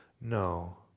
No